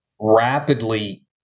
rapidly